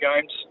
games